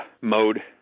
mode